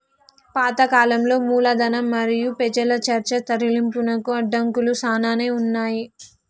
పాత కాలంలో మూలధనం మరియు పెజల చర్చ తరలింపునకు అడంకులు సానానే ఉన్నాయి